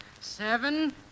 seven